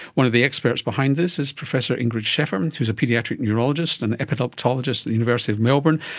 one of the experts behind this is professor ingrid scheffer who is a paediatric neurologist and epileptologist at the university of melbourne,